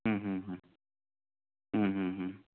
ಹ್ಞೂ ಹ್ಞೂ ಹ್ಞೂ ಹ್ಞೂ ಹ್ಞೂ ಹ್ಞೂ